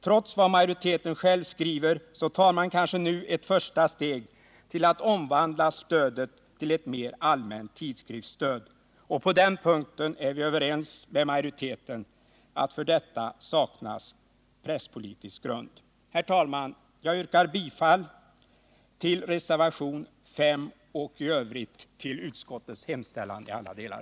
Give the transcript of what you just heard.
Trots vad majoriteten själv skriver tar man kanske nu ett första steg till att omvandla stödet till ett mer allmänt tidskriftsstöd, och på den punkten är vi överens med majoriteten om att för detta saknas presspolitisk grund. Herr talman! Jag yrkar bifall till reservationen 5 och i övrigt till utskottets hemställan i alla delar.